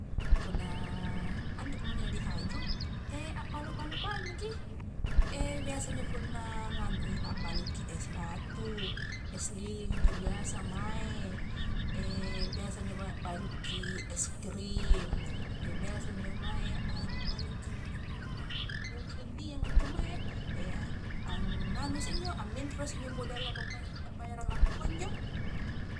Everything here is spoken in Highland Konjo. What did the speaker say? Punna anremo injo la nihaju abbalu-balu baing maki, biasa injo punna nganu i abbalukki es batu, es lilin injo biasa mae, biasa njo mae abbalukki es krim, bias njo ae abbalukki minum-minumang nu dinging-dinginga ntu mae, ang, anganu isse injo, amminro isse modala pambayara pabbayara lampua injo.